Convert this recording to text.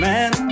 Man